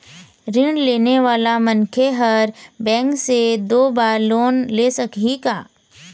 ऋण लेने वाला मनखे हर बैंक से दो बार लोन ले सकही का?